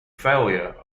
failure